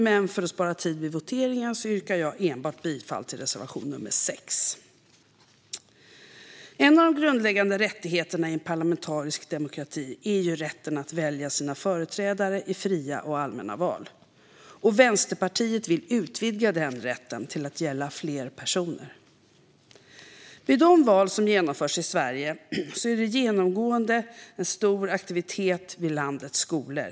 Men för att spara tid vid voteringen yrkar jag bifall enbart till reservation nr 6. En av de grundläggande rättigheterna i en parlamentarisk demokrati är rätten att välja sina företrädare i fria och allmänna val. Vänsterpartiet vill utvidga den rätten till att gälla fler personer. Vid de val som genomförs i Sverige är det genomgående en stor aktivitet vid landets skolor.